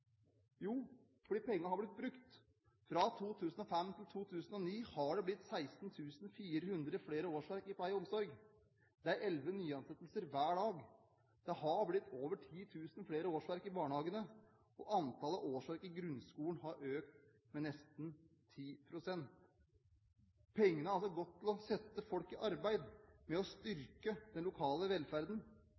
Jo, fordi pengene har blitt brukt. Fra 2005 til 2009 har det blitt 16 400 flere årsverk i pleie og omsorg. Det er elleve nyansettelser hver dag. Det har blitt over 10 000 flere årsverk i barnehagene, og antallet årsverk i grunnskolen har økt med nesten 10 pst. Pengene har altså gått til å sette folk i arbeid og til å styrke den lokale velferden.